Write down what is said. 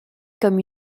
comme